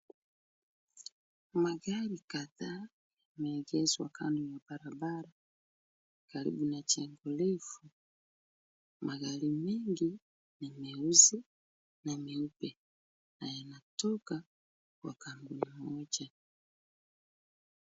Magari kadhaa yameegezwa kando ya barabara karibu na jengo refu. Magari mengi ni meusi na meupe na yanatoka kwa kampuni moja.